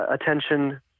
attention